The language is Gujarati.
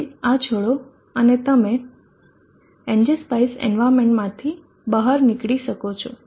તેથી આ છોડો અને તમે ng specie environment માંથી બહાર નીકળી શકો છો